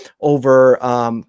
over –